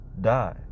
die